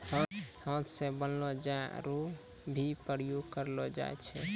हाथ से बनलो जाल रो भी प्रयोग करलो जाय छै